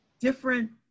different